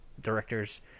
directors